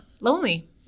lonely